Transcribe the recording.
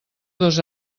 dos